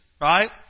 right